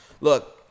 Look